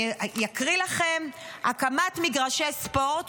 אני אקריא לכם: הקמת מגרש ספורט,